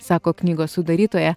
sako knygos sudarytoja